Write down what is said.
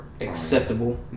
Acceptable